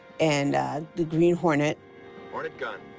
and the green hornet. hornet gun.